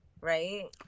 right